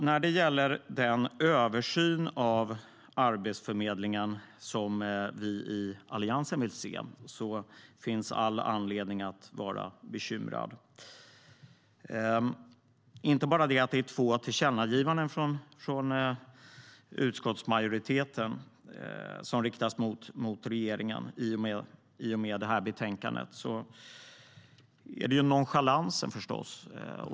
När det gäller den översyn av Arbetsförmedlingen som vi i Alliansen vill se finns all anledning att vara bekymrad. Det är inte bara det att det finns två tillkännagivanden från utskottsmajoriteten som riktas mot regeringen i och med betänkandet. Det är förstås nonchalansen.